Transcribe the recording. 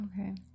Okay